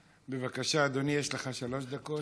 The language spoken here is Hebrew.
בבקשה, אדוני, יש לך שלוש דקות.